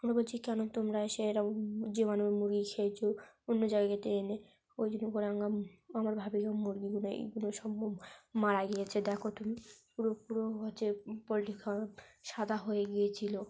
আমরা বলছি কেন তোমরা এসে এরকম জীবাণু মুরগি খেয়েছ অন্য জায়গার থেকে এনে ওই জন্য করে আঙ্গা আমার ভাবীদের মুরগিগুলো এইগুলো সব মারা গিয়েছে দেখো তুমি পুরো পুরো হচ্ছে পোলট্রি ফার্ম সাদা হয়ে গিয়েছিল